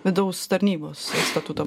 vidaus tarnybos statuto